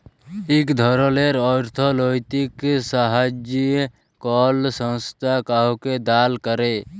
ইক ধরলের অথ্থলৈতিক সাহাইয্য কল সংস্থা কাউকে দাল ক্যরে